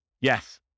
Yes